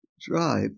drive